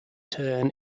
turn